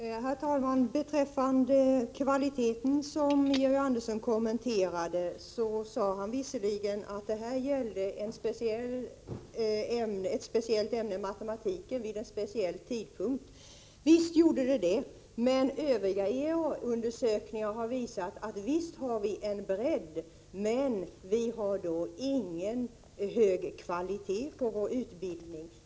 Herr talman! När Georg Andersson kommenterade kvaliteten sade han att det här gällde ett speciellt ämne, matematiken, vid en speciell tidpunkt. Visst gjorde det det, men övriga IEA-undersökningar har visat att visst har vi en bredd i vår utbildning, men vi har ingen hög kvalitet på den.